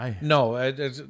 No